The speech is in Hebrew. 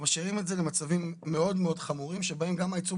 אנחנו משאירים את זה למצבים מאוד מאוד חמורים שבהם גם העיצום